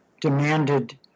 demanded